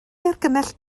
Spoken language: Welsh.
argymell